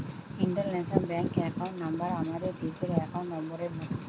international bank account number আমাদের দেশের account নম্বরের মত